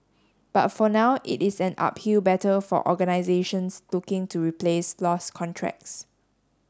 but for now it is an uphill battle for organisations looking to replace lost contracts